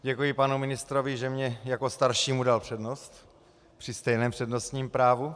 Děkuji panu ministrovi, že mně jako staršímu dal přednost při stejném přednostním právu.